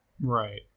Right